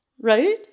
Right